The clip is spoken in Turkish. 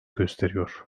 gösteriyor